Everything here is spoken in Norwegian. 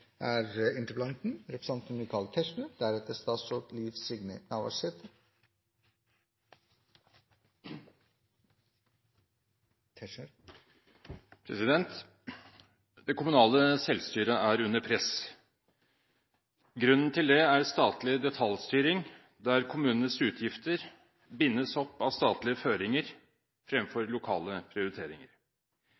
er debatten i sak nr. 3 avsluttet. Det kommunale selvstyret er under press. Grunnen til det er statlig detaljstyring der kommunenes utgifter bindes opp av